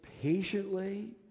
patiently